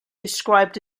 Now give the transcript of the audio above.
described